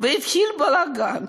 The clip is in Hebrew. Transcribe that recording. אם לא עברתי דירה-דירה,